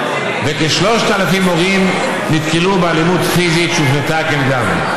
וכ-3,000 מורים נתקלו באלימות פיזית שהופנתה כנגדם.